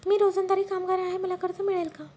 मी रोजंदारी कामगार आहे मला कर्ज मिळेल का?